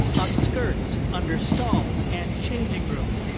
upskirts, under stalls, and changing rooms.